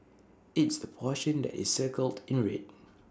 it's the portion that is circled in the red